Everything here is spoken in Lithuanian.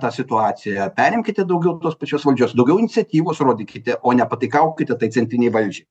tą situaciją perimkite daugiau tos pačios valdžios daugiau iniciatyvos rodykite o ne pataikaukite tai centrinei valdžiai